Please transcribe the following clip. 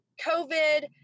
COVID